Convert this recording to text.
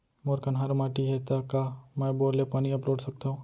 मोर कन्हार माटी हे, त का मैं बोर ले पानी अपलोड सकथव?